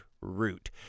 route